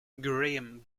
graham